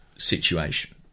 situation